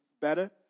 better